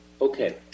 Okay